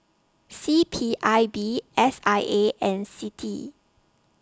C P I B S I A and CITI